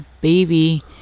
baby